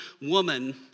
woman